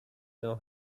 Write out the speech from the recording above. know